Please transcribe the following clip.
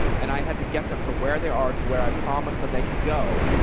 and i had to get them from where they are to where i promised them they can go,